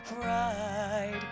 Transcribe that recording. pride